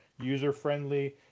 user-friendly